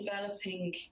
developing